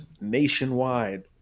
nationwide